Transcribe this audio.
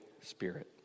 Spirit